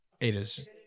Ada's